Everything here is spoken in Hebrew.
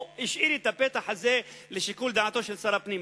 הוא השאיר את הפתח הזה לשיקול דעתו של שר הפנים,